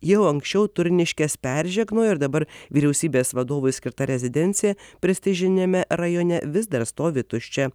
jau anksčiau turniškes peržegnojo ir dabar vyriausybės vadovui skirta rezidencija prestižiniame rajone vis dar stovi tuščia